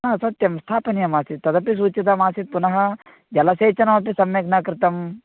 आम् सत्यं स्थापनीयमासीत् तदपि सूचितमासीत् पुनः जलसेचनमपि सम्यग् न कृतं